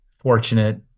fortunate